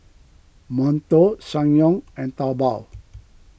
Monto Ssangyong and Taobao